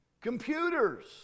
Computers